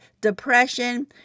depression